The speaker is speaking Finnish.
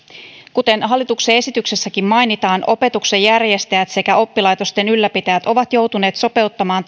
kuten hallituksen esityksessäkin mainitaan opetuksen järjestäjät sekä oppilaitosten ylläpitäjät ovat joutuneet sopeuttamaan